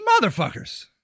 motherfuckers